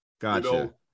Gotcha